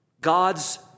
God's